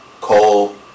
Cole